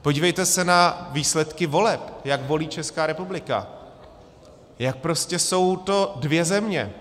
Podívejte se na výsledky voleb, jak volí Česká republika, jak prostě jsou to dvě země.